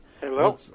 Hello